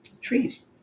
Trees